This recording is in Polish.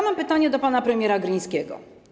Mam pytanie do pana premiera Glińskiego.